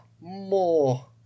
more